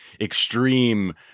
extreme